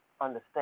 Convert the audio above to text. understand